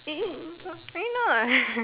eh no lah